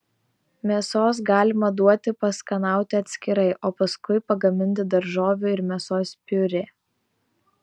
mėsos galima duoti paskanauti atskirai o paskui pagaminti daržovių ir mėsos piurė